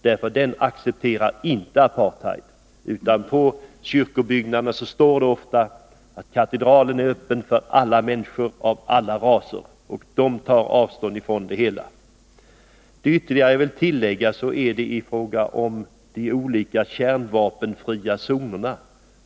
Den accepterar inte apartheidpolitiken utan tar avstånd från den. På kyrkobyggnaderna står det ofta: ”Katedralen är öppen för alla människor av alla raser.” Vad jag ytterligare vill tillägga är en liten undran i fråga om de olika kärnvapenfria zonerna.